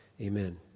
amen